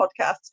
podcast